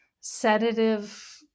sedative